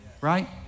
right